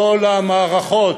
נכון.